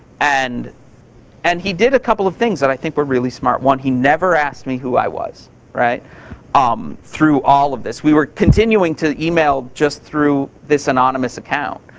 and and he did a couple of things that i think were really smart. one, he never asked me who i was um through all of this. we were continuing to email just through this anonymous account.